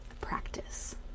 practice